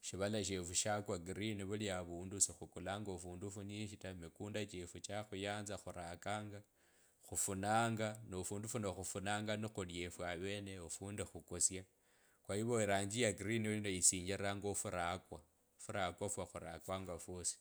shivala shefu shakwa kirini vuli avundu. Sikhukulanga ofundu funyishi tawe emukunda chefu cha khuyanza khurakanga khufunanga no fundu funo khufunanga ne nukhulia efwe avene ofundi khukusya kwa hivyo eranji ya kirini yino isinjiriranga ofurakwa furakakwa fwakhurakanga fwosi.